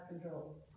control